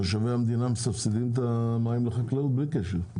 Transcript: תושבי המדינה מסבסדים את המים לחקלאות בלי קשר,